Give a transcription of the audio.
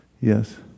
Yes